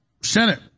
Senate